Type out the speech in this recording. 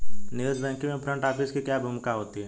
निवेश बैंकिंग में front office की क्या भूमिका होती है?